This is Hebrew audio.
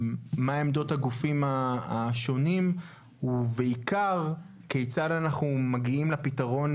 עמדות הגופים השונים ובעיקר: כיצד אנחנו מגיעים לפתרון